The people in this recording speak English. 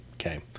okay